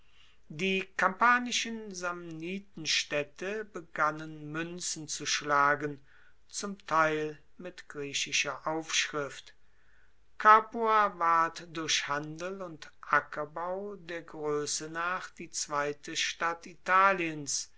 die kampanischen samnitenstaedte begannen muenzen zu schlagen zum teil mit griechischer aufschrift capua ward durch handel und ackerbau der groesse nach die zweite stadt italiens